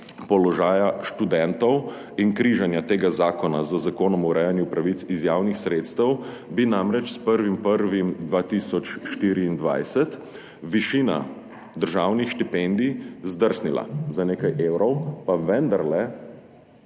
položaja študentov in križanja tega zakona z Zakonom o urejanju pravic iz javnih sredstev bi namreč s 1. 1. 2024 višina državnih štipendij zdrsnila za nekaj evrov, pa vendarle